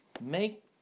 Make